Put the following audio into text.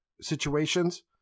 situations